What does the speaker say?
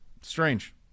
Strange